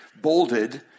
bolded